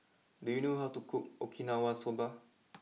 do you know how to cook Okinawa Soba